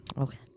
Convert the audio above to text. Okay